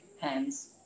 hands